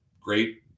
great